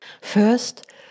First